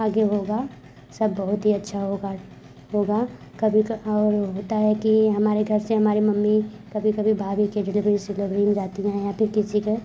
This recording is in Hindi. आगे होगा सब बहुत ही अच्छा होगा होगा कभी का और होता है कि हमारे घर से हमारे मम्मी कभी कभी भाभी के डिलेवरी सिलेवरी में जाती है या फिर किसी के